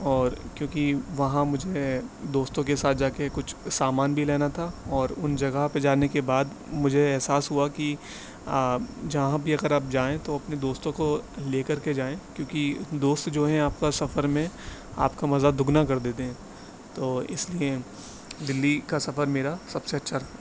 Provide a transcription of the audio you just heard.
اور کیونکہ وہاں مجھے دوستوں کے ساتھ جا کے کچھ سامان بھی لینا تھا اور ان جگہ پہ جانے کے بعد مجھے احساس ہوا کہ جہاں بھی اگر آپ جائیں تو اپنے دوستوں کو لے کر کے جائیں کیونکہ دوست جو ہیں آپ کا سفر میں آپ کا مزہ دوگنا کر دیتے ہیں تو اس لیے دلی کا سفر میرا سب سے اچھا تھا